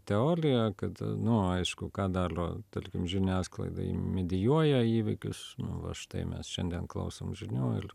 teolija kad nu aišku ką dalio tarkim žiniasklaida ji medijuoja įvykius nu va štai mes šiandien klausom žinių il